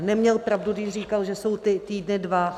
Neměl pravdu, když říkal, že jsou ty týdny dva.